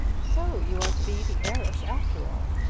so you are to be the heiress after all,